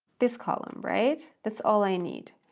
this column, right? that's all i need.